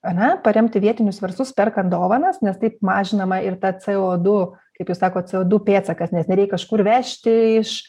ane paremti vietinius verslus perkant dovanas nes taip mažinama ir ta cė o du kaip jūs sakot cė o du pėdsakas nes nereik kažkur vežti iš